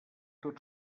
tot